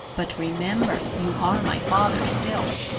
but remember, you are my father still!